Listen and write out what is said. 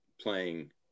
playing